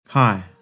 Hi